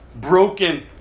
broken